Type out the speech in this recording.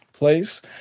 place